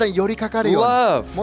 love